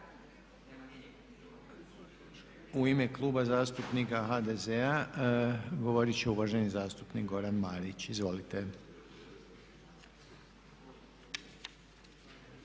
u ime Kluba zastupnika HNS-a govoriti uvaženi zastupnik Milorad Batinić. Izvolite.